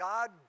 God